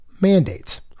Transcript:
mandates